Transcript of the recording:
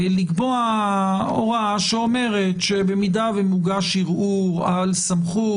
לקבוע הוראה שאומרת שאם מוגש ערעור על סמכות,